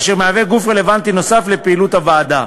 אשר מהווה גוף רלוונטי נוסף לפעילות הוועדה.